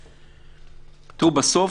בסוף,